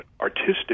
artistic